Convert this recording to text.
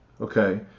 Okay